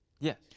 Yes